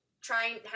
trying